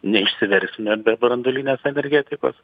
neišsiversime be branduolinės energetikos